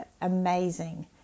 amazing